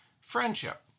friendship